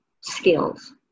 skills